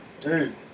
Dude